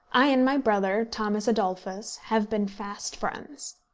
i and my brother, thomas adolphus, have been fast friends.